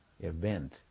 event